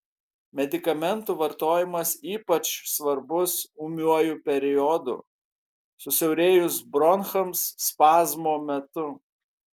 medikamentų vartojimas ypač svarbus ūmiuoju periodu susiaurėjus bronchams spazmo metu